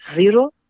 zero